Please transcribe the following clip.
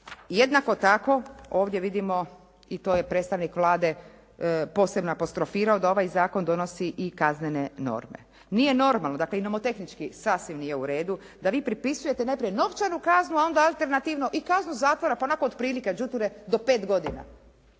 Jednako tako ovdje vidimo i to je predstavnik Vlade posebno apostrofirao da ovaj zakon donosi i kaznene norme. Nije normalno. Dakle i nomotehnički sasvim nije uredu da vi propisujete najprije novčanu kaznu, a onda alternativno i onda kaznu zatvora, pa onda onako otprilike đuture do 5 godina.